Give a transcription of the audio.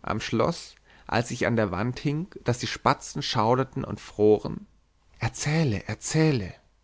am schloß als ich an der wand hing daß die spatzen schauerten und froren erzähle erzähle